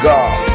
God